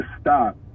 stop